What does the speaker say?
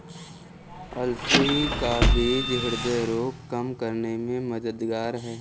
अलसी का बीज ह्रदय रोग कम करने में मददगार है